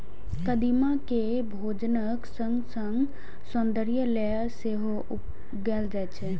कदीमा कें भोजनक संग संग सौंदर्य लेल सेहो उगायल जाए छै